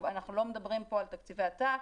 אנחנו לא מדברים פה על תקציבי עתק.